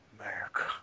America